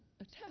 attack